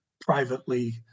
privately